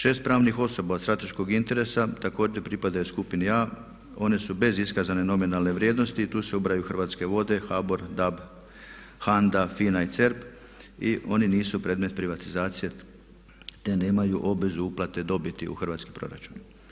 6 pravnih osoba od strateškog interesa također pripadaju skupini A, one su bez iskazane nominalne vrijednosti, tu se ubrajaju Hrvatske vode, HABOR, Dap, HANDA, FINA i Cerp i oni nisu predmet privatizacije te nemaju obvezu uplate dobiti u Hrvatski proračun.